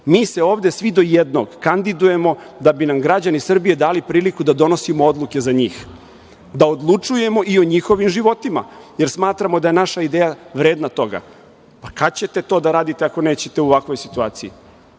se ovde svi do jednog kandidujemo da bi nam građani Srbije dali priliku da donosimo odluke za njih, da odlučujemo i o njihovim životima, jer smatramo da je naša ideja vredna toga. Pa, kad ćete to da radite ako nećete u ovakvoj situaciji?